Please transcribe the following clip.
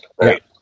right